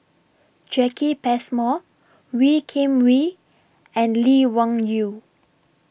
Jacki Passmore Wee Kim Wee and Lee Wung Yew